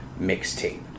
mixtape